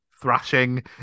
thrashing